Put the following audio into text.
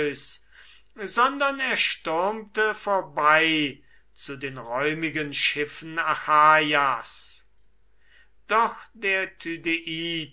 sondern er stürmte vorbei zu den räumigen schiffen achaias doch der